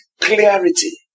clarity